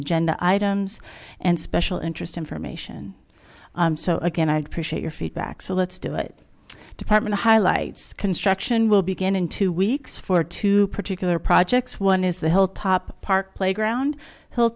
agenda items and special interest information so again i appreciate your feedback so let's do it department highlights construction will begin in two weeks for two particular projects one is the hilltop park playground h